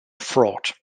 fraud